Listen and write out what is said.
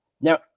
Now